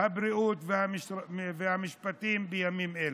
הבריאות והמשפטים בימים אלו.